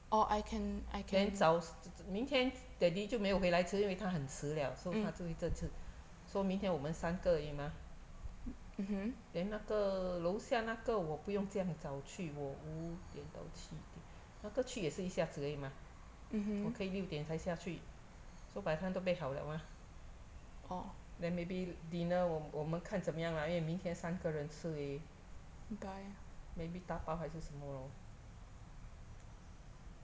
then 早明天 daddy 就没有回来吃因为他很迟了 so 他会 so 明天我们三个而已嘛 then 那个楼下那个我不用这样早去我五点到七点那个去也是一下子而已嘛我可以六点才下去 so by the time 都 bake 好了嘛 then maybe dinner 我我们看怎样啦因为明天三个人吃而已 maybe 打包还是什么 lor